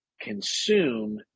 consume